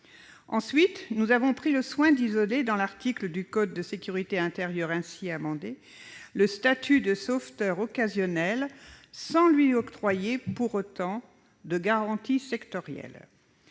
Ensuite, nous avons pris le soin d'isoler, dans l'article du code de la sécurité intérieure ainsi amendé, le statut de sauveteur occasionnel, sans lui octroyer pour autant de garanties sectorielles.